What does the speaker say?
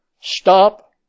Stop